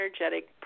energetic